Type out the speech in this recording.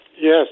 Yes